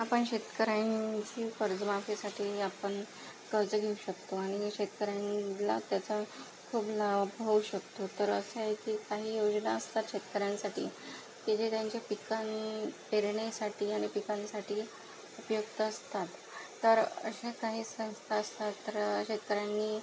आपण शेतकऱ्यांची कर्जमाफीसाठी आपण कर्ज घेऊ शकतो आणि शेतकऱ्यांना त्याचा खूप लाभ होऊ शकतो तर असं आहे की काही योजना असतात शेतकऱ्यांसाठी ते जे त्यांच्या पिकां पेरनीसाठी आणि पिकांसाठी उपयुक्त असतात तर अशा काही संस्था असतात तर शेतकऱ्यांनी